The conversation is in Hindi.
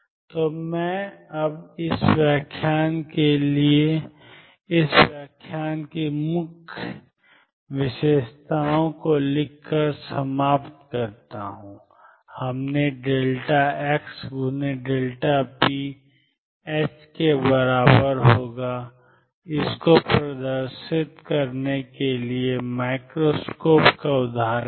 तो मैं अब इस व्याख्यान के लिए इस व्याख्यान की मुख्य विशेषताओं को लिखकर समाप्त करता हूं हमने px∼h को प्रदर्शित करने के लिए माइक्रोस्कोप का उदाहरण दिया